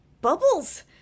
Bubbles